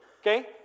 okay